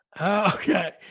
Okay